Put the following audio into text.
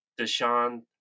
Deshaun